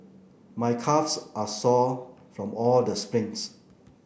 my calves are sore from all the sprints